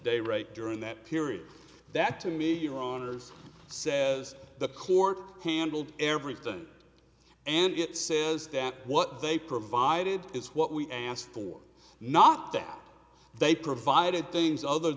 day rate during that period that to me your honour's says the court handled everything and it says that what they provided is what we asked for not that they provided things other